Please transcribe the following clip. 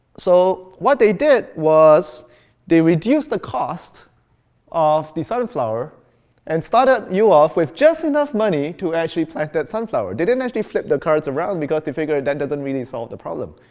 so what they did was they reduced the cost of the sunflower and started you off with just enough money to actually plant that sunflower. they didn't actually flip the cards around because they figured, that doesn't really solve the problem.